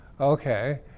Okay